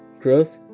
growth